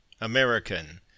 American